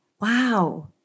wow